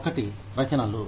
1 రచనలు